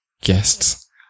guests